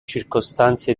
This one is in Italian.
circostanze